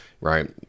right